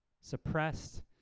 suppressed